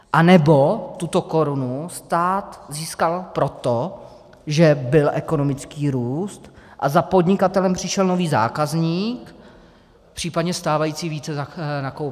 Anebo tuto korunu stát získal proto, že byl ekonomický růst a za podnikatelem přišel nový zákazník, případně stávající více nakoupil?